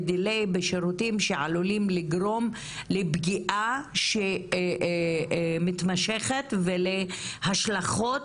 delay בשירותים שעלולים לגרום לפגיעה מתמשכת ולהשלכות